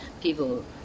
people